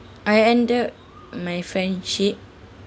I ended my friendship